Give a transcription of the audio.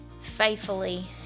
faithfully